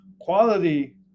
quality